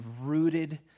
rooted